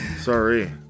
Sorry